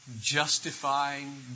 justifying